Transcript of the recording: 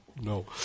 No